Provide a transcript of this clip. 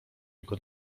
jego